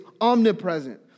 omnipresent